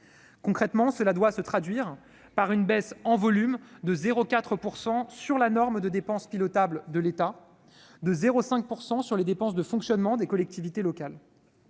Concrètement, cela doit se traduire par une baisse en volume de 0,4 % sur la norme de dépenses pilotables de l'État et de 0,5 % sur les dépenses de fonctionnement des collectivités locales.